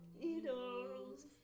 Needles